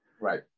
Right